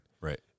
right